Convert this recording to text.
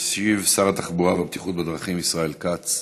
ישיב שר התחבורה והביטחון בדרכים ישראל כץ.